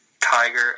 Tiger